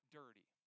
dirty